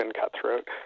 cutthroat